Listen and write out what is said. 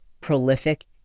prolific